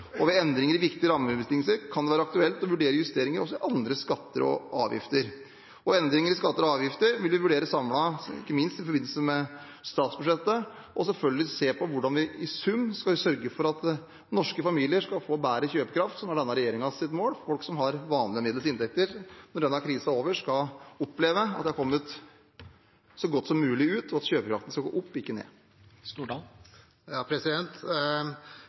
Ved endringer i viktige rammebetingelser kan det være aktuelt å vurdere justeringer også i andre skatter og avgifter. Endringer i skatter og avgifter vil vi vurdere samlet, ikke minst i forbindelse med statsbudsjettet, og selvfølgelig se på hvordan vi i sum skal sørge for at norske familier får bedre kjøpekraft, som er denne regjeringens mål. Folk som har vanlige og middels inntekter, skal når denne krisen er over, oppleve at de har kommet så godt som mulig ut, og at kjøpekraften skal gå opp, ikke